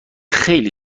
خیلی